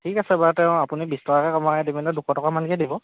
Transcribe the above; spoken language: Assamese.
ঠিক আছে বাৰু তেও আপুনি বিশ টকাকে কমাই দি মানে দুশ টকামানকে দিব